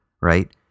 right